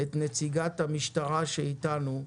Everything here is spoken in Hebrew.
את נציגת המשטרה שאיתנו,